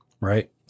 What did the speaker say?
right